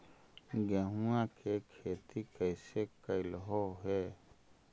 गेहूआ के खेती कैसे कैलहो हे?